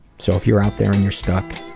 so if you're out there and you're stuck,